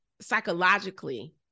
psychologically